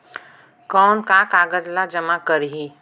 कौन का कागज ला जमा करी?